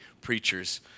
preachers